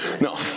No